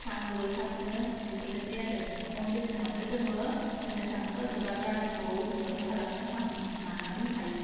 थाङोबो थाबनो बेफोरनोसै आरो खम बेसनावनो जोङो होनो थाङोबा बिबार बारिखौ जोङो खालामनो फाहाम लानानै हायो